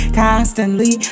constantly